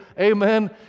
Amen